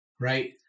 right